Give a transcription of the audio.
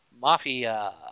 Mafia